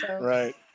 Right